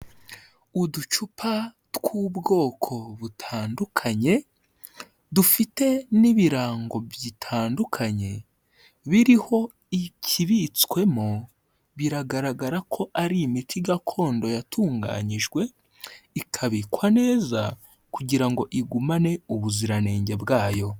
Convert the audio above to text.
Uducupa tw'ubwoko butandukanye, dufite n'ibirango bitandukanye, biriho ikibitswemo; biragaragara ko ari imiti gakondo yatunganyijwe, ikabikwa neza, kugira ngo igumane ubuziranenge bwayo.